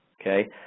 Okay